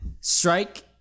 strike